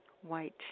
white